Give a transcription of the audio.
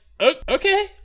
okay